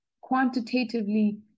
quantitatively